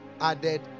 added